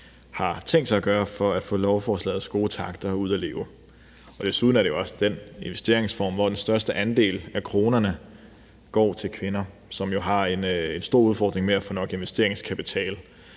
har tænkt sig at gøre for at få lovforslagets gode takter ud at leve. Desuden er det også den investeringsform, hvor den største andel af kronerne går til kvinder, som har en stor udfordring med at få nok investeringskapital.